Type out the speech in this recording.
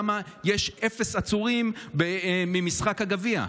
למה יש אפס עצורים ממשחק הגביע,